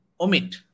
omit